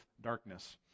darkness